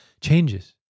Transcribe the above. changes